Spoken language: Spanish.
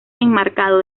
enmarcado